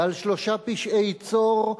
ו"על שלֹשה פשעי צור",